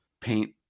paint